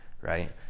right